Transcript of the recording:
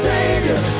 Savior